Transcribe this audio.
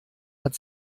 hat